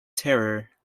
terror